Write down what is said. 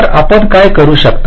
तर आपण काय करू शकता